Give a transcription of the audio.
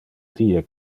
die